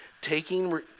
taking